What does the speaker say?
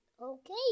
Okay